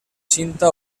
cinta